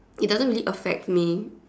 it doesn't really affect me